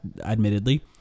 admittedly